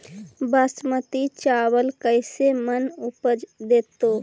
बासमती चावल कैसे मन उपज देतै?